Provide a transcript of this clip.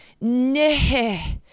NEH